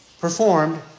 performed